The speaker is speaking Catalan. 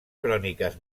cròniques